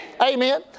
Amen